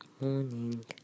morning